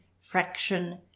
fraction